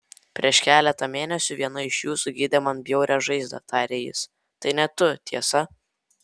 prieš keletą mėnesių viena iš jūsų gydė man bjaurią žaizdą tarė jis tai ne tu tiesa